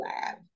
lab